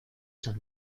san